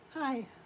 Hi